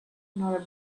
nor